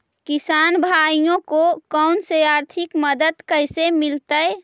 किसान भाइयोके कोन से आर्थिक मदत कैसे मीलतय?